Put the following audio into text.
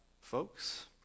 folks